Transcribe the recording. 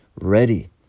ready